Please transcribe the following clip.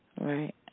Right